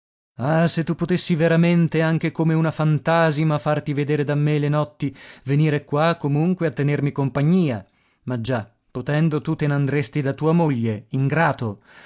ah se tu potessi veramente anche come una fantasima farti vedere da me le notti venire qua comunque a tenermi compagnia ma già potendo tu te n'andresti da tua moglie ingrato